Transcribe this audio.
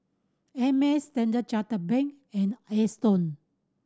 Ameltz Standard Chartered Bank and Aston